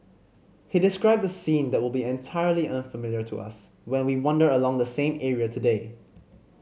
he described a scene that will be entirely unfamiliar to us when we wander along the same area today